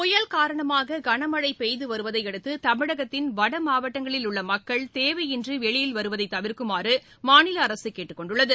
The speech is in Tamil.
புயல் காரணமாக கனமழை பெய்து வருவதையடுத்து தமிழகத்தின் வட மாவட்டங்களில் உள்ள மக்கள் தேவையின்றி வெளியில் வருவதை தவிர்க்குமாறு மாநில அரசு கேட்டுக் கொண்டுள்ளது